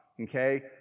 Okay